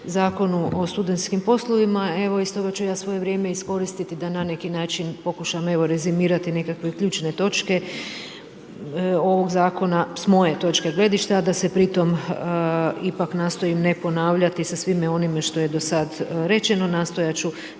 Zakonu o studentskim poslovima. Evo stoga ću ja svoje vrijeme iskoristiti da na neki način pokušam evo rezimirati nekakve ključne točke ovoga Zakona s moje točke gledišta, a da se pritom ipak nastojim ne ponavljati sa svime onime što je do sada rečeno. Nastojat ću